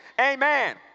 amen